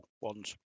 ones